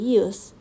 use